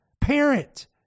parent